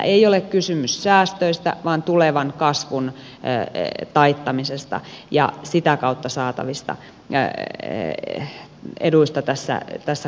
ei ole kysymys säästöistä vaan tulevan kasvun taittamisesta ja sitä kautta saatavista eduista tässä kokonaisuudessa